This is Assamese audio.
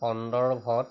সন্দৰ্ভত